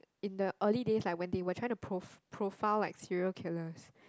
in the early days like when they were trying to pro~ profile like serial killers